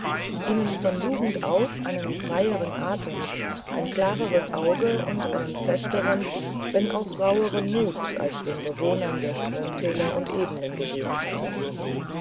ihnen von jugend auf einen freieren atem ein klareres auge und einen festeren wenn auch rauheren mut als den bewohnern der stromtäler und ebenen gegeben hätte